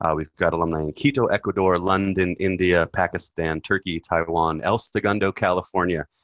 um we've got alumni in quito, ecuador, london, india, pakistan, turkey, thailand, el segundo, california,